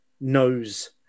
knows